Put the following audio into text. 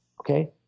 okay